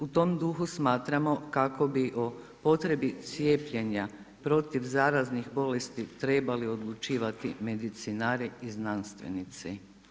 U tom duhu smatramo kako bi o potrebi cijepljenja protiv zaraznih bolesti trebali odlučivati medicinari i znanstvenici.